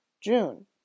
June